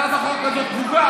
לכן הצעת החוק הזאת פוגעת.